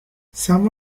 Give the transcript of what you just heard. some